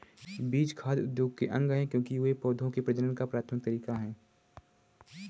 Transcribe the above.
बीज खाद्य उद्योग के अंग है, क्योंकि वे पौधों के प्रजनन का प्राथमिक तरीका है